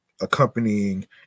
accompanying